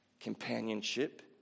companionship